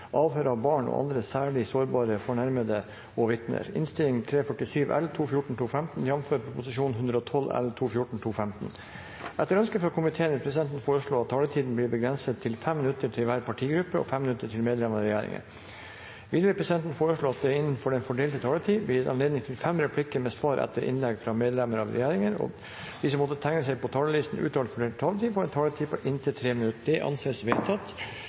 Etter ønske fra justiskomiteen vil presidenten foreslå at taletiden blir begrenset til 5 minutter til hver partigruppe og 5 minutter til medlem av regjeringen. Videre vil presidenten foreslå at det blir gitt anledning til fem replikker med svar etter innlegg fra medlemmer av regjeringen innenfor den fordelte taletid, og at de som måtte tegne seg på talerlisten utover den fordelte taletid, får en taletid på inntil 3 minutter. – Det anses vedtatt.